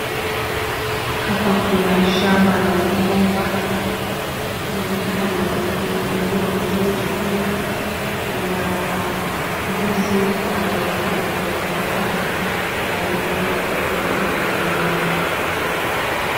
Hapa kuna shamba la migomba. Inaonekana limepaliliwa vizuri pia. Lina ndizi zinazoonekana zimekom𝑎a, tayari kungoja kuvunwa.